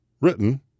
Written